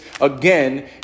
again